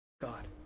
God